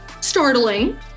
startling